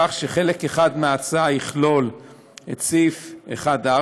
כך שחלק אחד מההצעה יכלול את סעיף 1(4),